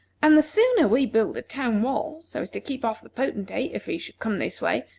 and the sooner we build a town wall so as to keep off the potentate, if he should come this way,